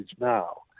now